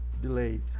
delayed